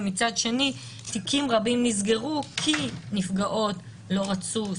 ומצד שני תיקים רבים נסגרו כי נפגעות לא רצו,